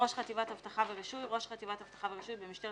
"ראש חטיבת אבטחה ורישוי" ראש חטיבת אבטחה ורישוי במשטרת